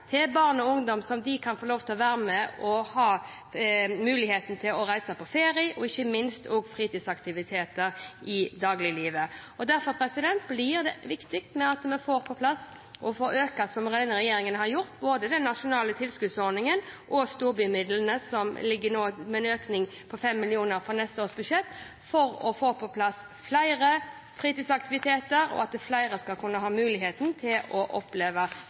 til barn og ungdom, så de kan få lov til å være med og ha mulighet til å reise på ferie, og ikke minst til å være med på fritidsaktiviteter i dagliglivet. Derfor blir det viktig at vi får på plass og får økt – som denne regjeringen har gjort – både den nasjonale tilskuddsordningen og storbymidlene, som nå ligger inne med en økning på 5 mill. kr på neste års budsjett, for å få flere fritidsaktiviteter, slik at flere kan ha mulighet til å oppleve